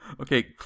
Okay